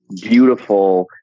beautiful